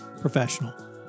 professional